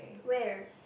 where